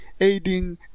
aiding